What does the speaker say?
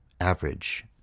average